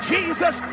Jesus